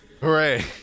Hooray